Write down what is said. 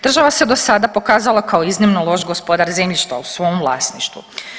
Država se dosada pokazala kao iznimno loš gospodar zemljišta u svom vlasništvu.